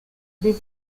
des